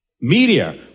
Media